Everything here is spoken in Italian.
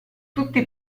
tutti